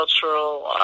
cultural